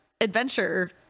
adventure